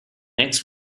next